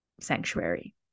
sanctuary